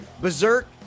Berserk